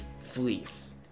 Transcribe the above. fleece